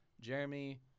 jeremy